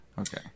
Okay